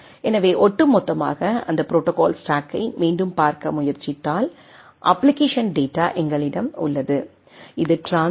எனவே ஒட்டுமொத்தமாக அந்த ப்ரோடோகால் ஸ்டாக்கை மீண்டும் பார்க்க முயற்சித்தால் அப்ப்ளிகேஷன் டேட்டா எங்களிடம் உள்ளது இது டிரான்ஸ்போர்ட் லெவெலில் டி